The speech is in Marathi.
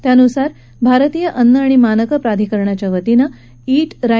त्यानुसार भारतीय अन्न आणि मानके प्राधिकरणाच्या वतीनं ठे रॉ